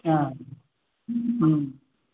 आम्